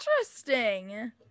Interesting